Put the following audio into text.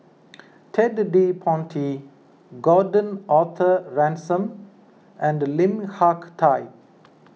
Ted De Ponti Gordon Arthur Ransome and Lim Hak Tai